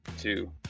two